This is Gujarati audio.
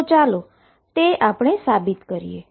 તો ચાલો તે સાબિત કરીએ